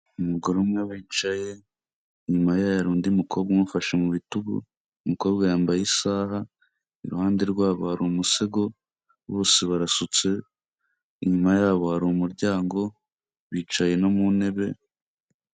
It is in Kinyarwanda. Umugore umwe wicaye, inyuma ye hari undi mukobwa umufashe mu bitugu, umukobwa yambaye isaha, iruhande rwabo hari umusego, bose barasutse, inyuma yabo hari umuryango, bicaye no mu ntebe.